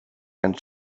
and